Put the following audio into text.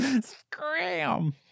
scram